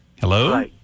Hello